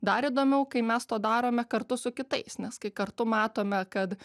dar įdomiau kai mes to darome kartu su kitais nes kai kartu matome kad